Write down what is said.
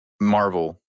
Marvel